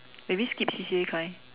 maybe skip C_C_A kind